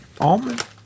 almond